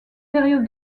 période